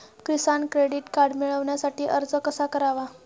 किसान credit card मिळवण्यासाठी अर्ज कसा करावा?